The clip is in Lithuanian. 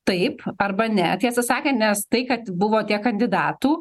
taip arba ne tiesą sakant nes tai kad buvo tiek kandidatų